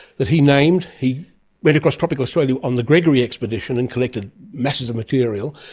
that he named. he went across tropical australia on the gregory expedition and collected masses of material,